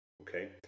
Okay